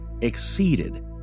exceeded